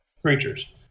creatures